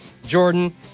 jordan